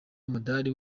umudari